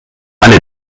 alle